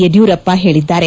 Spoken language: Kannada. ಯಡಿಯೂರಪ್ಪ ಹೇಳಿದ್ದಾರೆ